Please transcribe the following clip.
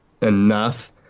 enough